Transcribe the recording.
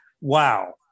wow